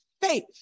faith